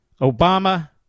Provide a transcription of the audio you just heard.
Obama